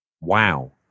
Wow